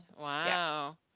Wow